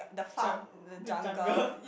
jung~ the jungle